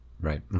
right